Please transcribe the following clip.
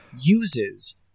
uses